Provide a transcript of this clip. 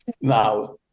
Now